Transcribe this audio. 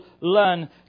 learn